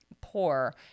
poor